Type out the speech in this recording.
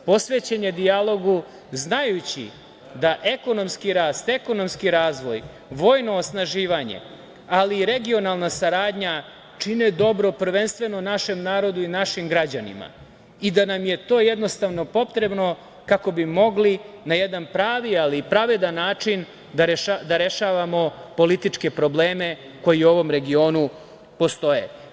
Posvećen je dijalogu znajući da ekonomski rast, ekonomski razvoj, vojno osnaživanje, ali i regionalna saradnja čine dobro prvenstveno našem narodu i našim građanima i da nam je to jednostavno potrebno kako bi mogli da jedan pravi, ali i pravedan način da rešavamo političke probleme koji u ovom regionu postoje.